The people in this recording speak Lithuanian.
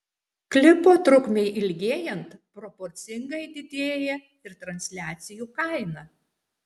klipo trukmei ilgėjant proporcingai didėja ir transliacijų kaina